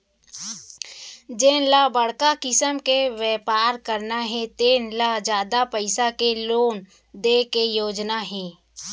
जेन ल बड़का किसम के बेपार करना हे तेन ल जादा पइसा के लोन दे के योजना हे